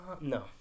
No